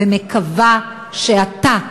ומקווה שאתה,